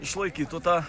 išlaikytų tą